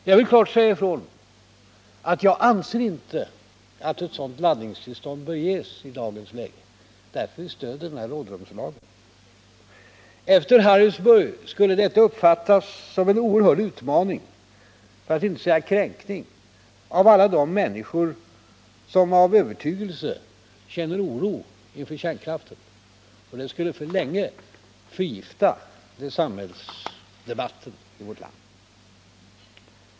Jag vill klart säga ifrån att jag anser inte att ett sådant här laddningstillstånd bör ges. Det är därför vi stöder rådrumslagen. Efter Harrisburg skulle det uppfattas som en oerhörd utmaning, för att inte säga kränkning, av alla de människor som av övertygelse känner oro inför kärnkraften. Det skulle för lång tid framåt förgifta samhällsdebatten i vårt land.